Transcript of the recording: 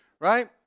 Right